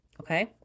okay